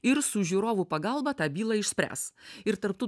ir su žiūrovų pagalba tą bylą išspręs ir tarp tų